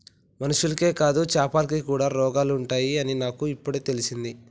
మనుషులకే కాదు చాపలకి కూడా రోగాలు ఉంటాయి అని నాకు ఇపుడే తెలిసింది